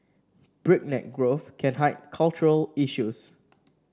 breakneck growth can hide cultural issues